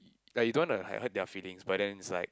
like you don't want to like hurt their feelings but then is like